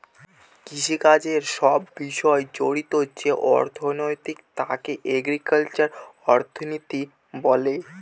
কৃষিকাজের সব বিষয় জড়িত যে অর্থনীতি তাকে এগ্রিকালচারাল অর্থনীতি বলে